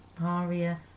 Aria